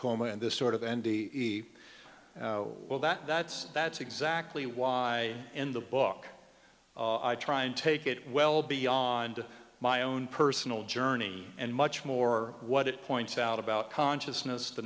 coma in this sort of end the well that that's that's exactly why in the book i try and take it well beyond my own personal journey and much more what it points out about consciousness the